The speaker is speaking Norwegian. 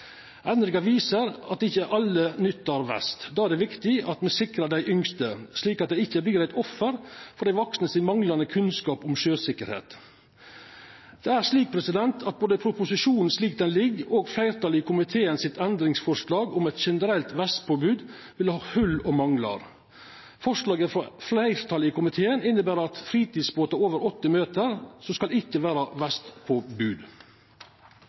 Erfaringa viser at ikkje alle brukar vest. Då er det viktig at me sikrar dei yngste, slik at dei ikkje blir eit offer for dei vaksne sin manglande kunnskap om sjøsikkerheit. Både proposisjonen, slik han ligg, og fleirtalet i komiteen sitt endringsforslag om eit generelt vestpåbod vil ha hol og manglar. Forslaget frå fleirtalet i komiteen inneber at det i fritidsbåtar med ei lengd på over åtte meter ikkje skal vera vestpåbod. Ein kan jo undra seg over kvifor ein må bruka vest